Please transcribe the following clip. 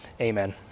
Amen